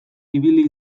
ibili